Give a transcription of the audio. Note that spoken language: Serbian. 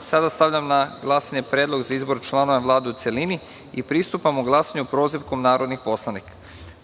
poslanika. Stavljam na glasanje Predlog za izbor članova Vlade u celini. Pristupamo glasanju prozivkom narodnih poslanika.